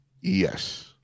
Yes